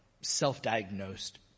self-diagnosed